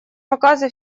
показы